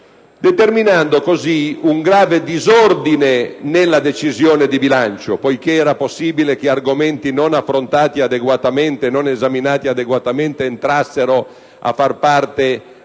determinava così un grave disordine nella decisione di bilancio, poiché era possibile che argomenti non affrontati e non esaminati adeguatamente entrassero a far parte del